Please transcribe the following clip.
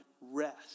rest